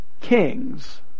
kings